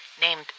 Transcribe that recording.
named